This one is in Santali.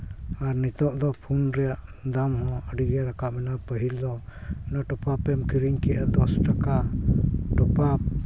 ᱟᱨ ᱱᱤᱛᱳᱜ ᱫᱚ ᱯᱷᱳᱱ ᱨᱮᱭᱟᱜ ᱫᱟᱢ ᱦᱚᱸ ᱟᱹᱰᱤᱜᱮ ᱨᱟᱠᱟᱵ ᱮᱱᱟ ᱯᱟᱹᱦᱤᱞ ᱫᱚ ᱤᱱᱟᱹ ᱴᱚᱯᱟᱯ ᱮᱢ ᱠᱤᱨᱤᱧ ᱠᱮᱜᱼᱟ ᱫᱚᱥ ᱴᱟᱠᱟ ᱴᱚᱯᱟᱯ